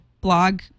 blog